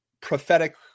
prophetic